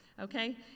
okay